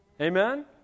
Amen